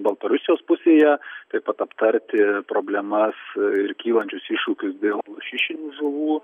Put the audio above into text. baltarusijos pusėje taip pat aptarti problemas ir kylančius iššūkius dėl lašišinių žuvų